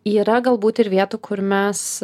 yra galbūt ir vietų kur mes